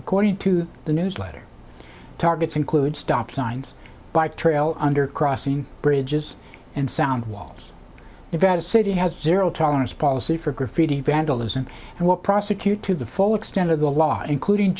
according to the newsletter targets include stop signs by trail under crossing bridges and sound walls event a city has zero tolerance policy for graffiti vandalism and what prosecute to the full extent of the law including